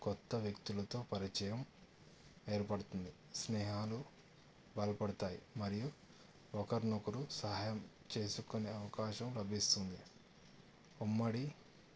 కొత్త వ్యక్తులతో పరిచయం ఏర్పడుతుంది స్నేహాలు బలపడతాయి మరియు ఒకరినొకరు సహాయం చేసుకునే అవకాశం లభిస్తుంది ఉమ్మడి